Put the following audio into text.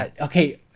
okay